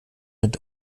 mit